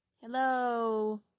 Hello